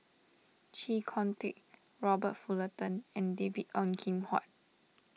Chee Kong Tet Robert Fullerton and David Ong Kim Huat